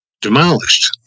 demolished